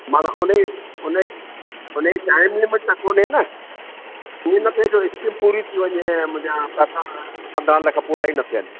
माना उन ई उन ई उन ई टाइम लिमिट त कोन्हे न इएं न थे जो स्कीम पूरी थी वञे ऐं मुंहिंजा पैसा पंजाहु लख पूरा ई न थियनि